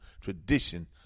tradition